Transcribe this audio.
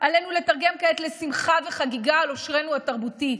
עלינו לתרגם כעת לשמחה ולחגיגה על עושרנו התרבותי.